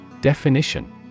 Definition